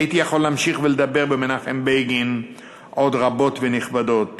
הייתי יכול להמשיך ולדבר במנחם בגין עוד רבות ונכבדות,